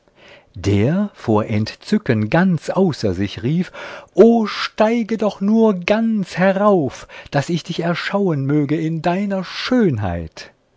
der vor entzücken ganz außer sich rief o steige doch nur ganz herauf daß ich dich erschauen möge in deiner schönheit